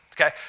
okay